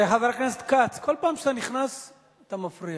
חבר הכנסת כץ, כל פעם שאתה נכנס אתה מפריע.